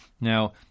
Now